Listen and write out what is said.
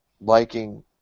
liking